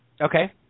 Okay